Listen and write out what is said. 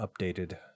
updated